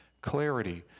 clarity